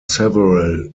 several